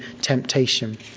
temptation